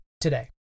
today